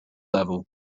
level